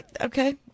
Okay